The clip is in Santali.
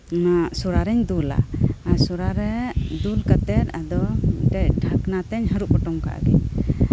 ᱚᱱᱟ ᱥᱚᱨᱟᱨᱤᱧ ᱫᱩᱞᱟ ᱥᱚᱨᱟᱨᱮ ᱫᱩᱞ ᱠᱟᱛᱮᱫ ᱟᱫᱚ ᱢᱤᱫᱴᱮᱱ ᱰᱷᱟᱠᱱᱟᱛᱤᱧ ᱦᱟᱹᱨᱩᱵ ᱯᱚᱴᱚᱢ ᱠᱟᱫ ᱜᱮ